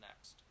next